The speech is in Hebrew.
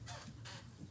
כאן.